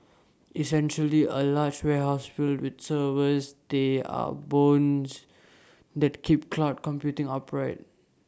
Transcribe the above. essentially A large warehouses filled with servers they are the bones that keep cloud computing upright